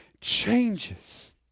changes